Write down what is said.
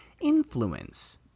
influence